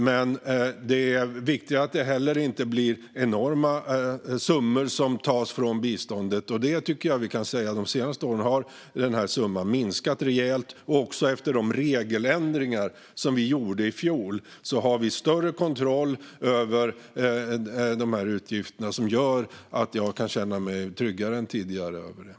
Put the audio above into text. Men det är viktigt att det inte heller blir enorma summor som tas från biståndet. De senaste åren har denna summa minskat rejält. Och efter de regeländringar som vi gjorde i fjol har vi större kontroll över dessa utgifter, vilket gör att jag kan känna mig tryggare än tidigare i fråga om detta.